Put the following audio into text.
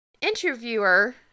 interviewer